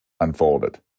unfolded